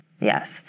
Yes